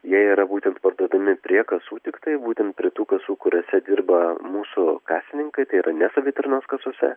jie yra būtent parduodami prie kasų tiktai būtent prie tų kasų kuriose dirba mūsų kasininkai tai yra ne savitarnos kasose